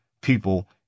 people